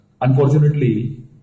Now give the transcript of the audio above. Unfortunately